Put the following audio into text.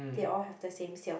they all have the same sale